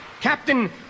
Captain